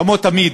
כמו תמיד,